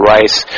Rice